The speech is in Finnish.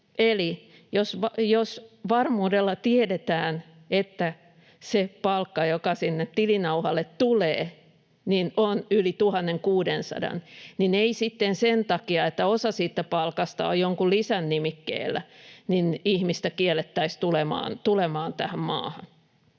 Eli jos varmuudella tiedetään, että se palkka, joka sinne tilinauhalle tulee, on yli 1 600, niin ei sitten sen takia, että osa siitä palkasta on jonkun lisän nimikkeellä, ihmistä kiellettäisi tulemasta tähän maahan.